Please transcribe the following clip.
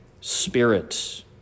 spirit